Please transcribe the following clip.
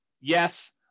Yes